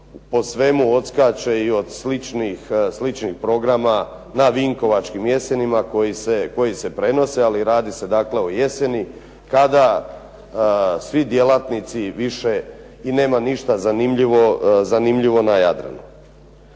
po svemu odskače i od sličnih programa na "Vinkovačkim jesenima" koji se prenose ali radi se dakle o jeseni, kada svi djelatnici više i nema ništa zanimljivo na Jadranu.